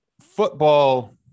football